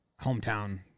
Hometown